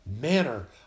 manner